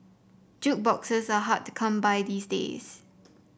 jukeboxes are hard to come by these days